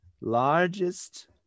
largest